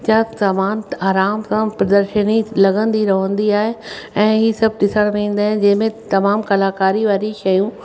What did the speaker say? जा सामान आराम खां प्रदर्शनी लॻंदी रहंदी आहे ऐं हीअ सभु ॾिसण में ईंदो आहे जंहिंमें तमामु कलाकारी वारी शयूं